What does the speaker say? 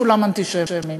כולם אנטישמים,